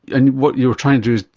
and what you're trying to do is,